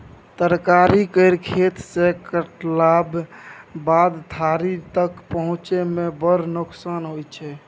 तरकारी केर खेत सँ कटलाक बाद थारी तक पहुँचै मे बड़ नोकसान होइ छै